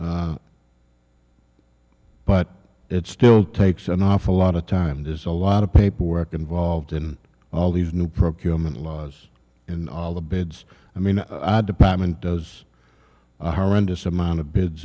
officer but it still takes an awful lot of time does a lot of paperwork involved in all these new procurement laws in all the beds i mean department does a horrendous amount of bids